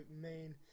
main